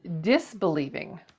disbelieving